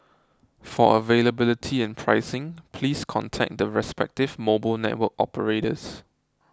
for availability and pricing please contact the respective mobile network operators